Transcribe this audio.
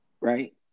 Right